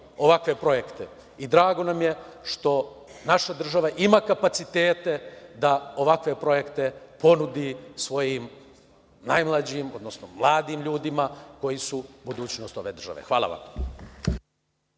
ovakve projekte. Drago nam je što naša država ima kapacitete da ovakve projekte ponudi svojim najmlađim, odnosno mladim ljudima koji su budućnost ove države. Hvala vam.